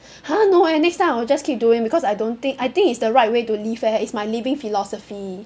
!huh! no eh next time I will just keep doing because I don't think I think it's the right way to live eh it's my living philosophy